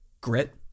grit